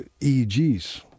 EEGs